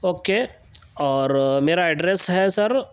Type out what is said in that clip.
okay اور میرا address ہے سر